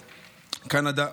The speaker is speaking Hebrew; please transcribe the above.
קנדה,